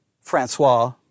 Francois